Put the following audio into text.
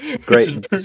Great